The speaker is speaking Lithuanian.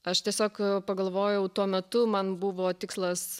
aš tiesiog pagalvojau tuo metu man buvo tikslas